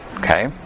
Okay